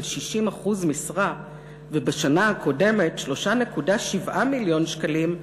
60% משרה ובשנה הקודמת 3.7 מיליון שקלים,